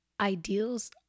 Ideals